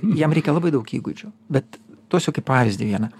jam reikia labai daug įgūdžių bet duosiu kaip pavyzdį vieną